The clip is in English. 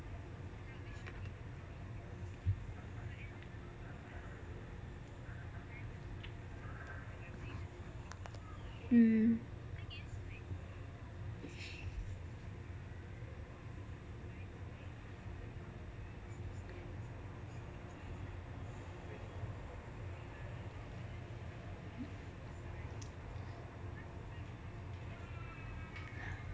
mm